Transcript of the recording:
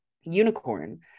unicorn